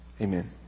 amen